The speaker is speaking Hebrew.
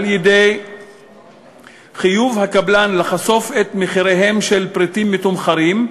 על-ידי חיוב הקבלן לחשוף את מחיריהם של פריטים מתומחרים,